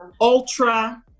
Ultra